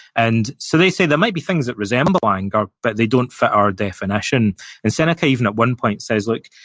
and so, they say there might be things that resemble anger, but they don't fit our definition and seneca even at one point says look,